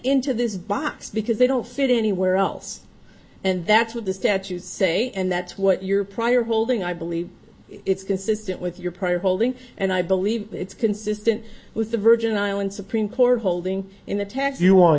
into this box because they don't fit in anywhere else and that's what the statutes say and that's what your prior holding i believe it's consistent with your prior holding and i believe it's consistent with the virgin islands supreme court holding in the tax you want